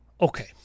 Okay